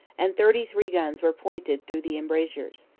and thirty-three guns were pointed through the embrasures.